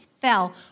fell